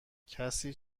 کسی